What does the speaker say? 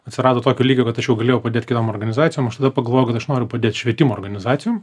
atsirado tokio lygio kad aš galėjau padėt kitom organizacijom aš tada pagalvojau kad aš noriu padėt švietimo organizacijom